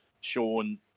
Sean